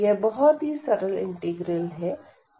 यह बहुत ही सरल इंटीग्रल है